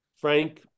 Frank